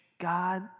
God